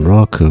Rock